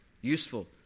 useful